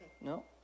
no